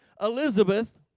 Elizabeth